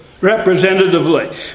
Representatively